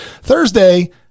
Thursday